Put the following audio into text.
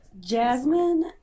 Jasmine